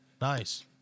Nice